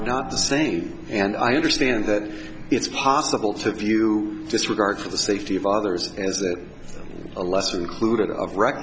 not the same and i understand that it's possible to view disregard for the safety of others as that a lesser included of reck